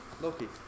Loki